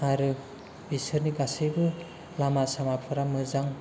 आरो बिसोरनि गासैबो लामा सामाफोरा मोजां